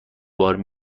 بار